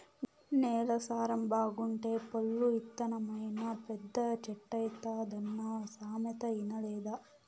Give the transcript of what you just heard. నేల సారం బాగుంటే పొల్లు ఇత్తనమైనా పెద్ద చెట్టైతాదన్న సామెత ఇనలేదా